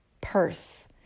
purse